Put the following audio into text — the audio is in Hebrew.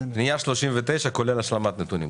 היקף הפעילות דורש את התיקון הזה.